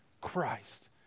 Christ